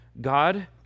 God